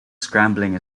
scrambling